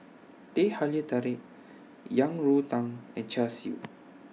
Teh Halia Tarik Yang Rou Tang and Char Siu